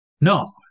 No